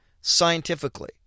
Scientifically